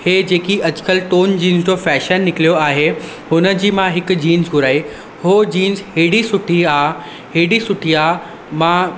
हे जेकी अॼुकल्ह torn jeans जो फ़ैशन निकिरियो आहे हुनिजी मां हिकु जीन्स घुराइ उहो जीन्स एड़ी सुठी आहे एॾी सुठी आहे मां